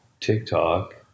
tiktok